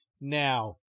Now